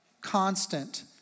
constant